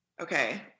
Okay